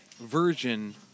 version